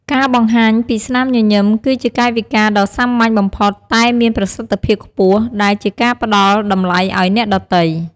ការបង្ហាញពីស្នាមញញឹមគឺជាកាយវិការដ៏សាមញ្ញបំផុតតែមានប្រសិទ្ធភាពខ្ពស់ដែលជាការផ្ដល់តម្លៃអោយអ្នកដទៃ។